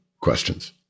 questions